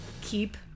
keep